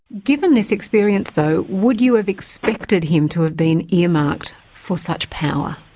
given this experience though, would you have expected him to have been earmarked for such power?